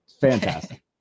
Fantastic